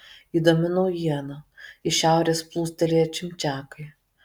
įdomi naujiena iš šiaurės plūstelėję čimčiakai